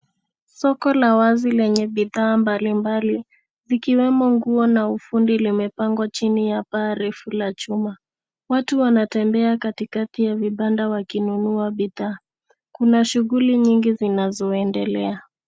Soko la wazi lina bidhaa mbalimbali zikiwemo nguo na ufundi, limepangwa chini ya paa refu la chuma. Watu wanatembea katikati ya vibanda wakinunua bidhaa, kuna shughuli nyingi zinazoendelea kwa wingi.